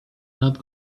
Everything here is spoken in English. not